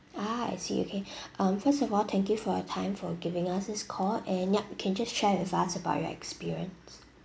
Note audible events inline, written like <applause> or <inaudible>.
ah I see okay <breath> um first of all thank you for your time for giving us this call and yup you can just share with us about your experience